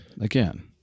again